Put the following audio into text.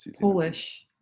Polish